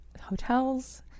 hotels